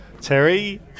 Terry